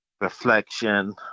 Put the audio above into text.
reflection